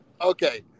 Okay